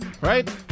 right